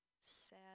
sad